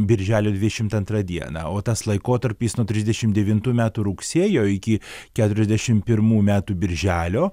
birželio dvidešimt antrą dieną o tas laikotarpis nuo trisdešimt devintų metų rugsėjo iki keturiasdešimt pirmų metų birželio